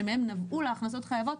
שמהם נבעו לה הכנסות חייבות,